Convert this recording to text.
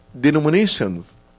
Denominations